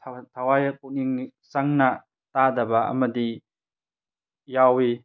ꯊꯋꯥꯏ ꯄꯨꯛꯅꯤꯡ ꯆꯪꯅ ꯇꯥꯗꯕ ꯑꯃꯗꯤ ꯌꯥꯎꯏ